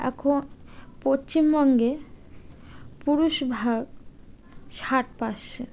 এখন পশ্চিমবঙ্গে পুরুষ ভাগ ষাট পার্সেন্ট